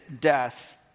death